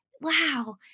wow